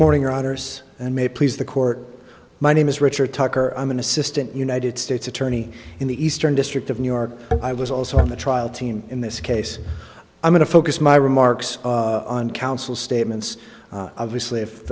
morning routers and may please the court my name is richard tucker i'm an assistant united states attorney in the eastern district of new york i was also in the trial team in this case i'm going to focus my remarks on counsel statements obviously if